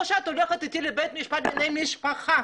או שאת הולכת איתי לבית משפט לענייני משפחה,